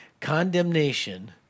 Condemnation